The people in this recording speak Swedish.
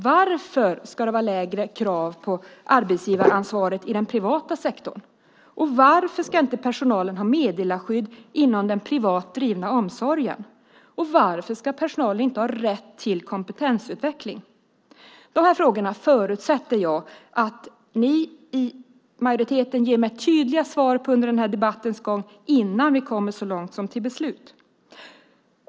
Varför ska det vara lägre krav på arbetsgivaransvaret i den privata sektorn? Varför ska personalen inte ha meddelarskydd inom den privat drivna omsorgen? Varför ska personalen inte ha rätt till kompetensutveckling? På de här frågorna förutsätter jag att ni i majoriteten ger mig tydliga svar under debattens gång och innan vi kommit så långt som till beslut.